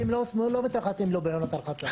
--- לא בעונות רחצה.